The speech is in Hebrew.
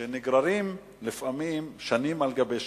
שבו נגררים לפעמים שנים על גבי שנים.